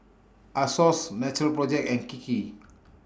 Asos Natural Project and Kiki